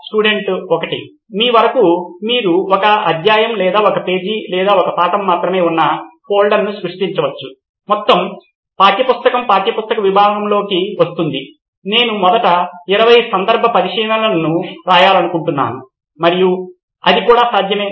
student 1 మీ వరకు మీరు ఒక అధ్యాయం లేదా ఒక పేజీ లేదా ఒక పాఠం మాత్రమే ఉన్న ఫోల్డర్ను సృష్టించవచ్చు మొత్తం పాఠ్య పుస్తకం పాఠ్యపుస్తక విభాగంలోకి వస్తుంది నేను మొదట 20 సందర్భ పరిశీలనలు రాయాలనుకుంటున్నాను మరియు అది కూడా సాధ్యమే